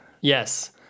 yes